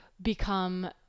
become